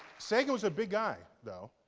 sagan was a big guy, though.